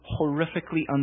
horrifically